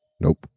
Nope